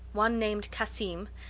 one named cassim,